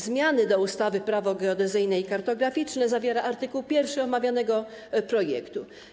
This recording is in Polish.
Zmiany do ustawy Prawo geodezyjne i kartograficzne zawiera art. 1 omawianego projektu.